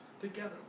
together